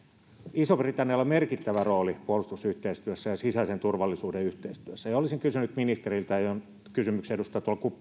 isolla britannialla on merkittävä rooli puolustusyhteistyössä ja sisäisen turvallisuuden yhteistyössä ja ja olisin kysynyt ministeriltä ja aion kysymyksen